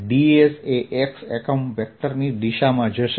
ds એ x એકમ વેક્ટરની દિશામાં જશે